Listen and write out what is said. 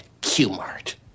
Q-Mart